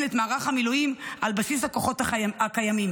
את מערך המילואים על בסיס הכוחות הקיימים.